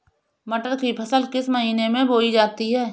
मटर की फसल किस महीने में बोई जाती है?